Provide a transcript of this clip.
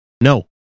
no